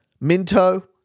Minto